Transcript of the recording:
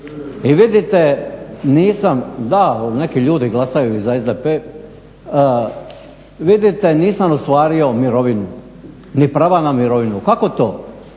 i vidite nisam … neki ljudi glasaju za SDP, vidite nisam ostvario mirovinu ni prava na mirovinu. Kako to?